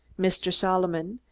mr. solomon,